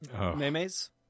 Memes